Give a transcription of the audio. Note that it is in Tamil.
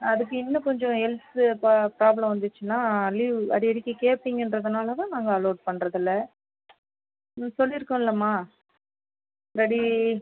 அதுக்கு இன்னும் கொஞ்சம் ஹெல்த்து ப்ரா ப்ராப்லம் வந்துச்சுனா லீவ் அடி அடிக்கிடி கேட்பீங்கன்றதனால தான் நாங்கள் அலோட் பண்ணுறதுல்ல ம் சொல்லிருக்கோம் இல்லைம்மா இல்லாட்டி